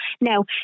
now